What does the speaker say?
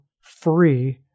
free